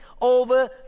over